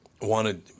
wanted